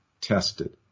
tested